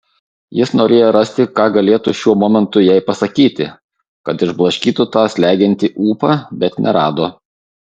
jis norėjo rasti ką galėtų šiuo momentu jai pasakyti kad išblaškytų tą slegiantį ūpą bet nerado